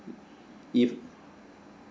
if